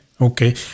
okay